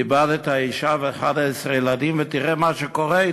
איבדת אישה ו-11 ילדים, ותראה מה קורה אתך.